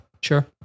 sure